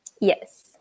Yes